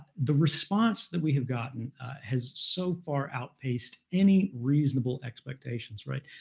the response that we have gotten has so far outpaced any reasonable expectations, right?